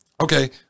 Okay